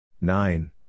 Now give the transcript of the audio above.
Nine